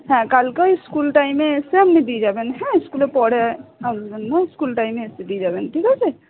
হ্যাঁ কালকে ওই স্কুল টাইমে এসে আপনি দিয়ে যাবেন হ্যাঁ স্কুলের পরে আসবেন না স্কুল টাইমে এসে দিয়ে যাবেন ঠিক আছে